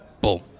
boom